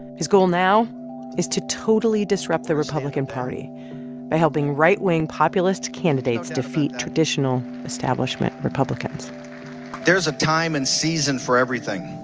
his goal now is to totally disrupt the republican party by helping right-wing populist candidates defeat traditional establishment republicans there's a time and season for everything.